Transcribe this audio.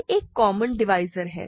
यह एक common divisor है